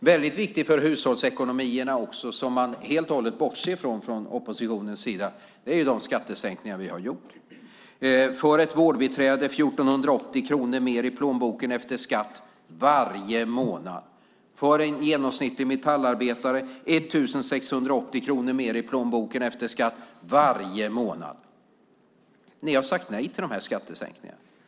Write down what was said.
Väldigt viktigt för hushållsekonomierna är också, som man från oppositionens sida helt och hållet bortser från, de skattesänkningar vi har gjort. För ett vårdbiträde är det 1 480 kronor mer i plånboken efter skatt varje månad. För en genomsnittlig metallarbetare är det 1 680 kronor mer i plånboken efter skatt varje månad. Ni har sagt nej till dessa skattesänkningar.